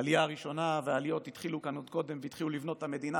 העלייה הראשונה והעליות התחילו כאן עוד קודם והתחילו לבנות את המדינה.